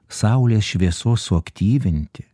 saulės šviesos suaktyvinti